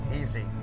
Easy